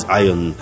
iron